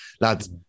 Lads